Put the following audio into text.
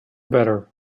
better